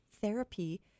therapy